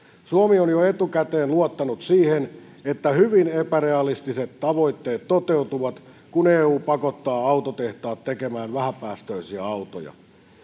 suomi on jo etukäteen luottanut siihen että hyvin epärealistiset tavoitteet toteutuvat kun eu pakottaa autotehtaat tekemään vähäpäästöisiä autoja